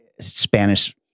Spanish-